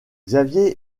xavier